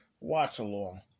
watch-along